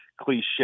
cliche